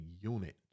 unit